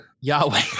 Yahweh